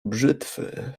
brzytwy